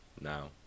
Now